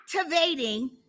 activating